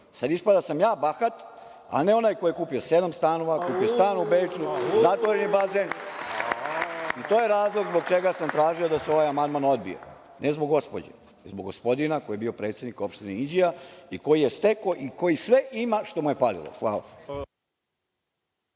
Sad ispada da sam ja bahat, a ne onaj koji je kupio sedam stanova, kupio stan u Beču, zatvoreni bazen. To je razlog zbog čega sam tražio da se ovaj amandman odbije, ne zbog gospođe, zbog gospodina koji je bio predsednik opštine Inđija i koji je stekao i koji sve ima što mu je falilo. Hvala.